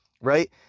right